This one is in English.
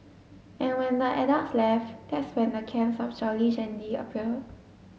and when the adults left that's when the cans of Jolly Shandy appear